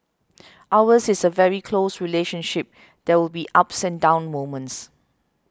ours is a very close relationship there will be ups and down moments